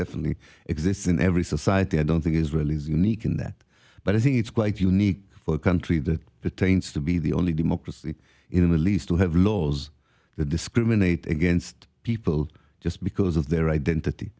definitely exists in every society i don't think israel is unique in that but i think it's quite unique for a country that pertains to be the only democracy in the middle east to have laws that discriminate against people just because of their identity